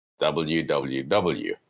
www